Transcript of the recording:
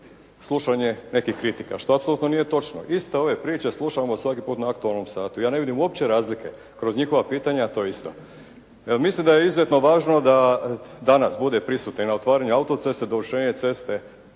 slušanje nekih kritika, što apsolutno nije točno. Iste ove priče slušamo svaki puta na "Aktualnom satu". Ja ne vidim uopće razlike, kroz njihova pitanja to isto. Mislim da je izuzetno važno da danas bude prisutan i na otvaranju autoceste, dovršenje ceste